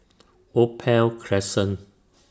Opal Crescent